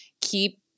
keep